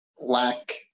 lack